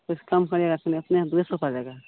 किछु कम करेगा की नहि अपने दुये सए पड़ेगा